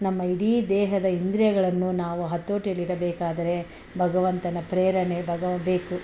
ನಮ್ಮ ಇಡೀ ದೇಹದ ಇಂದ್ರಿಯಗಳನ್ನು ನಾವು ಹತೋಟಿಯಲ್ಲಿಡಬೇಕಾದರೆ ಭಗವಂತನ ಪ್ರೇರಣೆ ಬಗವ್ ಬೇಕು